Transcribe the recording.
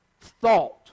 thought